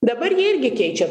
dabar jie irgi keičia